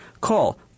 Call